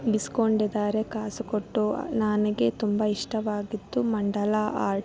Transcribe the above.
ಇಸ್ಕೊಂಡಿದ್ದಾರೆ ಕಾಸು ಕೊಟ್ಟು ನನ್ಗೆ ತುಂಬ ಇಷ್ಟವಾಗಿದ್ದು ಮಂಡಲ ಆರ್ಟ್